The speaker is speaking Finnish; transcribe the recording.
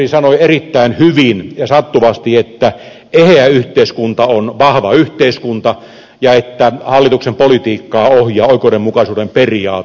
valtiovarainministeri sanoi erittäin hyvin ja sattuvasti että eheä yhteiskunta on vahva yhteiskunta ja hallituksen politiikkaa ohjaa oikeudenmukaisuuden periaate